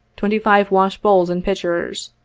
twenty five washbowls and pitchers,